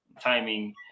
timing